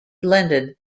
blended